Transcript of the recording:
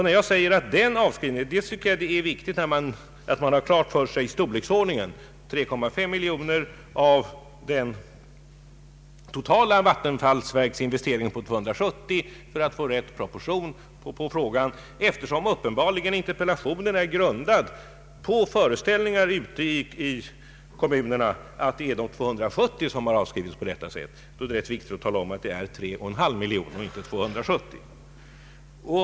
Jag tycker att det är viktigt att man har storleksordningen klar för sig — 3,5 miljoner av den totala vattenfallsverksinvesteringen på 270 miljoner — för att få rätt proportion på frågan eftersom interpellationen uppenbarligen är grundad på föreställningar ute i kommunerna att det är de 270 som avskrivits på detta sätt. Det är då viktigt att tala om att det är 3,5 miljoner och inte 270.